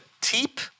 teep